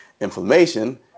Inflammation